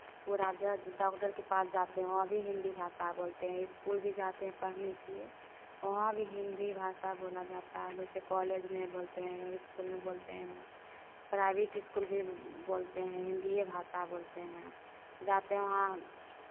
पूरा जगह डॉक्टर के पास जाते हैं वहाँ भी हिन्दी भाषा बोलते हैं इस्कूल भी जाते हैं पढ़ने के लिए वहाँ भी हिन्दी भाषा बोला जाता है जैसे कॉलेज में बोलते हैं इस्कूल में बोलते हैं प्राइवेट इस्कूल भी बोलते हैं हिन्दीए भाषा बोलते हैं जाते हैं वहाँ